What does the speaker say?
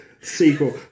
sequel